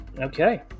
Okay